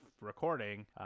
recording